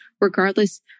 regardless